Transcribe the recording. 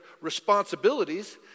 responsibilities